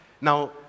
Now